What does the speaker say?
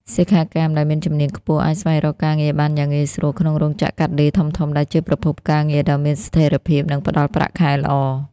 សិក្ខាកាមដែលមានជំនាញខ្ពស់អាចស្វែងរកការងារបានយ៉ាងងាយស្រួលក្នុងរោងចក្រកាត់ដេរធំៗ ដែលជាប្រភពការងារដ៏មានស្ថិរភាព និងផ្តល់ប្រាក់ខែល្អ។